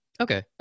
Okay